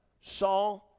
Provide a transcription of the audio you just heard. saw